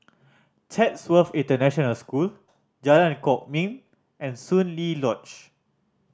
Chatsworth International School Jalan Kwok Min and Soon Lee Lodge